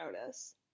Notice